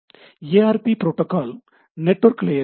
ஏ R P protocol network லேயரில் கருதப்படுகிறது